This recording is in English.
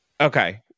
Okay